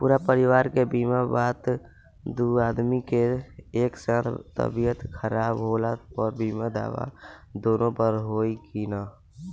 पूरा परिवार के बीमा बा त दु आदमी के एक साथ तबीयत खराब होला पर बीमा दावा दोनों पर होई की न?